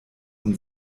und